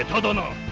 and not